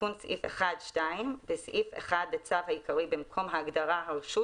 תיקון סעיף 1 2. בסעיף 1 לצו העיקרי במקום ההגדרה "הרשות"